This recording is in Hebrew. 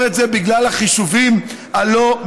את זה בגלל החישובים הלא-מעודכנים.